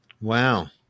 Wow